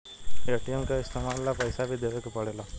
ATM के इस्तमाल ला पइसा भी देवे के पड़ेला